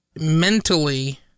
mentally